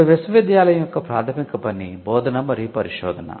ఇప్పుడు విశ్వవిద్యాలయం యొక్క ప్రాధమిక పని బోధన మరియు పరిశోధన